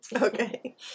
Okay